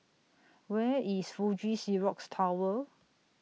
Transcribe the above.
Where IS Fuji Xerox Tower